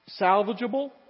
salvageable